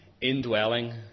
indwelling